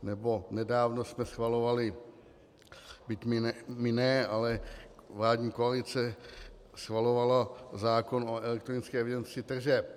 Nebo nedávno jsme schvalovali, byť my ne, ale vládní koalice schvalovala zákon o elektronické evidenci tržeb.